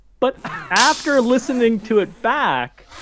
but after listening to it back,